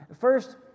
First